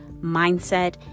mindset